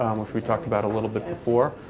which we talked about a little bit before,